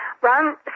Ron